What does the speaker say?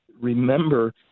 remember